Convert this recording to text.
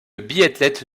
biathlète